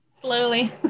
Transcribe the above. Slowly